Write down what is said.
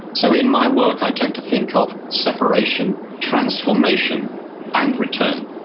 so in my work i tend to think of separation, transformation and return.